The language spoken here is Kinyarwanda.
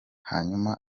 hanyuma